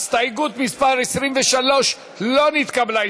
הסתייגות מס' 23 לא נתקבלה.